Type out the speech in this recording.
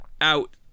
out